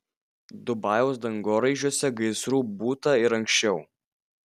dubajaus dangoraižiuose gaisrų būta ir anksčiau